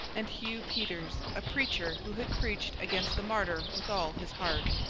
and hugh peters, a preacher who had preached against the martyr with all his heart.